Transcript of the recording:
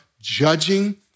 judging